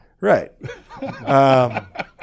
Right